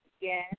Yes